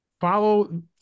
Follow